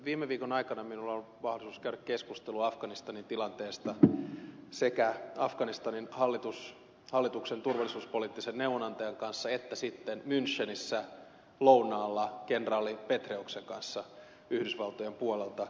viime viikon aikana minulla on ollut mahdollisuus käydä keskustelua afganistanin tilanteesta sekä afganistanin hallituksen turvallisuuspoliittisen neuvonantajan kanssa että sitten munchenissä lounaalla kenraali petraeuksen kanssa yhdysvaltojen puolelta